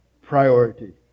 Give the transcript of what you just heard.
priority